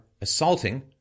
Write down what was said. assaulting